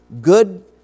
good